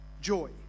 joy